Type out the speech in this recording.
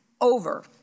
over